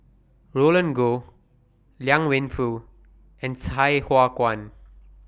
Roland Goh Liang Wenfu and Sai Hua Kuan